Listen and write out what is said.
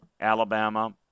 Alabama